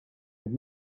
have